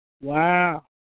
wow